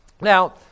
Now